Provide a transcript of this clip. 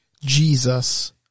Jesus